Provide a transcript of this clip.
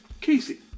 Casey